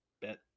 bet